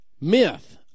Myth